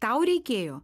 tau reikėjo